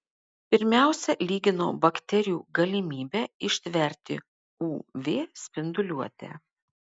pirmiausia lyginau bakterijų galimybę ištverti uv spinduliuotę